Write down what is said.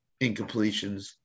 incompletions